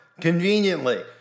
conveniently